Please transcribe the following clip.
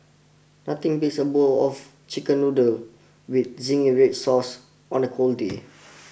nothing beats a bowl of chicken noodle with zingy red sauce on a cold day